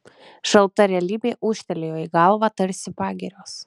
šalta realybė ūžtelėjo į galvą tarsi pagirios